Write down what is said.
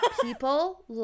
people